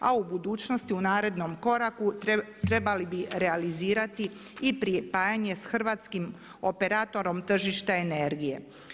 A u budućnosti u narednom koraku trebali bi realizirati i pripajanje sa hrvatskim operatorom tržišta energije.